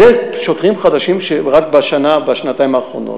זה שוטרים חדשים רק בשנה-שנתיים האחרונות.